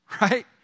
right